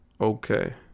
Okay